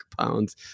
pounds